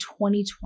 2020